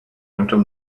until